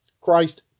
Christ